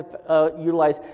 utilize